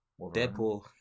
deadpool